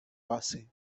base